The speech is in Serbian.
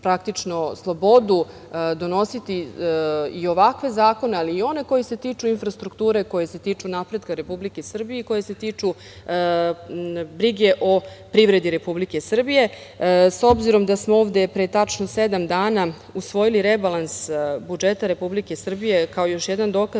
praktično slobodu, donositi i ovakve zakone, ali i one koji se tiču infrastrukture, koji se tiču napretka Republike Srbije, koji se tiču brige o privredi Republike Srbije.S obzirom da smo ovde pre tačno sedam dana usvojili rebalans budžeta Republike Srbije, kao još jedan dokaz